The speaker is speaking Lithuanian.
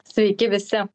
sveiki visi